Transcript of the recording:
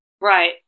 Right